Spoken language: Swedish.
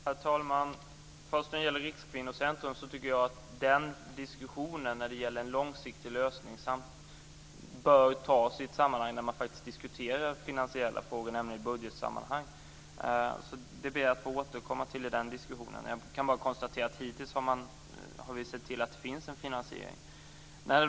Herr talman! När det först gäller Rikskvinnocentrum tycker jag att diskussionen om en långsiktig lösning bör tas upp i ett sammanhang där finansiella frågor diskuteras, nämligen vid behandlingen av budgetfrågor. Jag ber att få återkomma till den diskussionen. Jag kan bara konstatera att vi hittills sett till att det finns en finansiering.